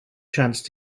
chance